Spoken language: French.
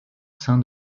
sein